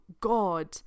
god